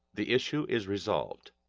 the issue is resolved.